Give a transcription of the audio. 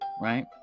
Right